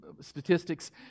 statistics